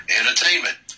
entertainment